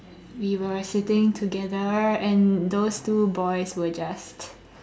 we were sitting together and those two boys were just